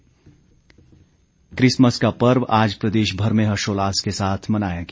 Christmas Christmas का पर्व आज प्रदेश भर में हर्षोल्लास के साथ मनाया गया